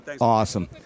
Awesome